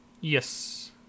yes